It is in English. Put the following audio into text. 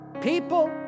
people